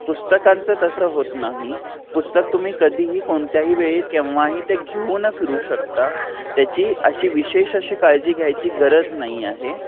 पुस्तकांचं तसं होत नाही पुस्तक तुम्ही कधीही कोणत्याही वेळ केव्हाही ते घेऊ न फिरू शकता त्याची अशी विशेष अशी काळजी घ्यायची गरज नाही आहे